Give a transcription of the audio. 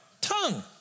tongue